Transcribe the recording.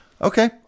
Okay